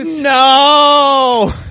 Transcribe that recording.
No